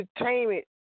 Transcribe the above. entertainment